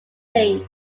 leads